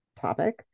topic